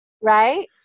right